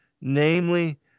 namely